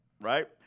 right